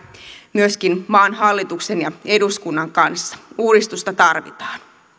myöskin maan hallituksen ja eduskunnan kanssa uudistusta tarvitaan